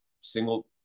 single